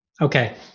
Okay